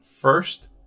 first